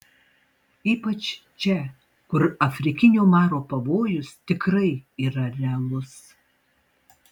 ypač čia kur afrikinio maro pavojus tikrai yra realus